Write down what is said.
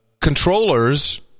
controllers